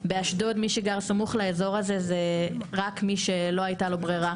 באשדוד מי שגר סמוך לאזור הזה זה רק מי שלא הייתה לו ברירה.